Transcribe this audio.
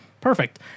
Perfect